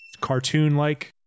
cartoon-like